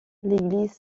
l’église